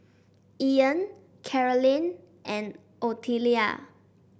Ian Carolynn and Ottilia